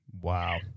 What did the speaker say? Wow